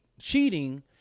Cheating